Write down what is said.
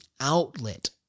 outlet